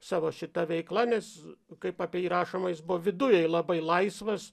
savo šita veikla nes kaip apie jį rašoma jis buvo vidujai labai laisvas